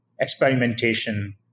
experimentation